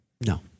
No